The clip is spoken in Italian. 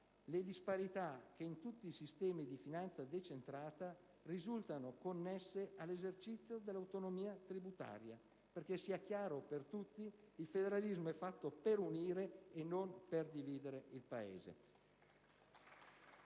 le disparità che in tutti i sistemi di finanza decentrata risultano connesse all'esercizio dell'autonomia tributaria. Perché sia chiaro per tutti: il federalismo è fatto per unire e non per dividere il Paese.